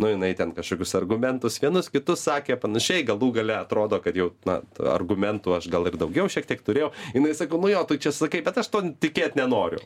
nu jinai ten kažkokius argumentus vienus kitus sakė panašiai galų gale atrodo kad jau na argumentų aš gal ir daugiau šiek tiek turėjau jinai sako nu jo tu čia sakai bet aš tuo tikėt nenoriu